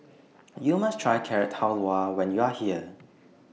YOU must Try Carrot Halwa when YOU Are here